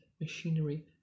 machinery